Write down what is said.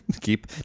Keep